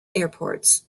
airports